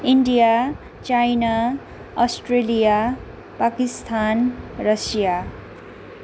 India China Australia Pakistan Russia